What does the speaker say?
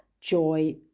joy